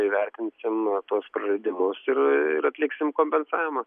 įvertinsim na tuos praradimus ir ir atliksim kompensavimą